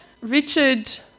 Richard